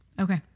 Okay